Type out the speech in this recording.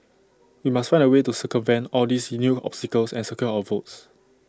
we must find A way to circumvent all these new obstacles and secure our votes